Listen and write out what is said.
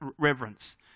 reverence